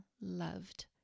loved